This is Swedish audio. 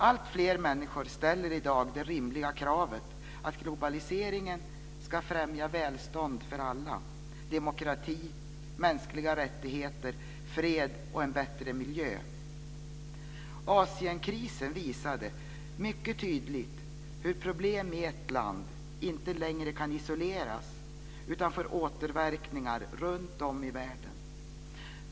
Alltfler människor ställer i dag det rimliga kravet att globaliseringen ska främja välstånd för alla, demokrati, mänskliga rättigheter, fred och en bättre miljö. Asienkrisen visade mycket tydligt hur problem i ett land inte längre kan isoleras utan får återverkningar runtom i världen.